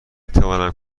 توانم